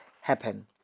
happen